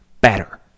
better